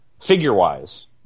figure-wise